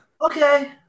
okay